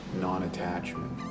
non-attachment